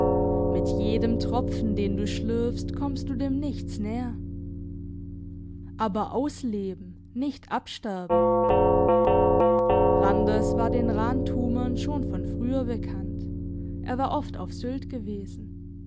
mit jedem tropfen den du schlürfst kommst du dem nichts näher aber ausleben nicht absterben randers war den rantumern schon von früher bekannt er war oft auf sylt gewesen